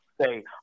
Say